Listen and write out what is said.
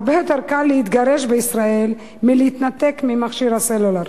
הרבה יותר קל להתגרש בישראל מלהתנתק ממכשיר הסלולר.